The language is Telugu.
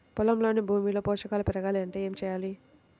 పొలంలోని భూమిలో పోషకాలు పెరగాలి అంటే ఏం చేయాలి?